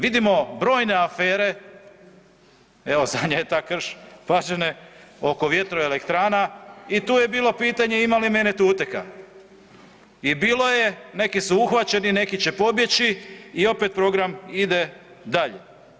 Vidimo brojne afere, evo zadnja je ta Krš-Pađene oko vjetroelektrana i tu je bilo pitanje „ima li mene tuteka“ i bilo je, neki su uhvaćeni, neki će pobjeći i opet program ide dalje.